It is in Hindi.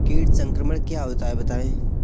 कीट संक्रमण क्या होता है बताएँ?